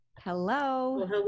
Hello